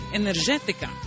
energética